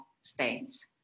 states